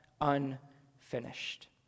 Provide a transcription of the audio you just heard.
unfinished